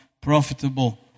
profitable